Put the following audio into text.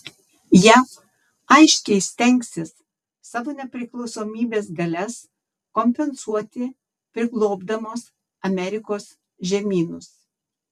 jav aiškiai stengsis savo nepriklausomybės galias kompensuoti priglobdamos amerikos žemynus